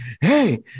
hey